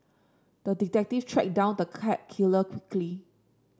the detective tracked down the cat killer quickly